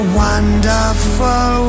wonderful